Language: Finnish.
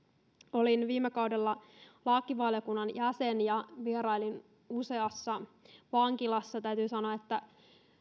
olin viime kaudella lakivaliokunnan jäsen ja vierailin useassa vankilassa täytyy sanoa että